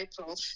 April